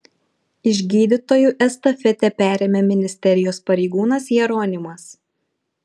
iš gydytojų estafetę perėmė ministerijos pareigūnas jeronimas